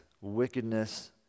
wickedness